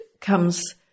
comes